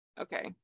okay